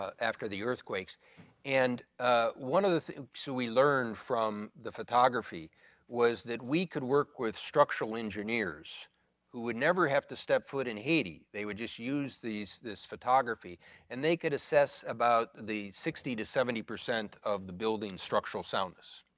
after the earthquakes and one of the things so we learned from the photography was that we could work with structural engineers who would never have to step foot in haiti. they would just use these this photography and they could assess about the sixty to seventy percent of the building structural soundness.